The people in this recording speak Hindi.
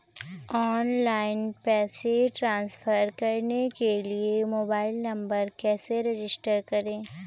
ऑनलाइन पैसे ट्रांसफर करने के लिए मोबाइल नंबर कैसे रजिस्टर करें?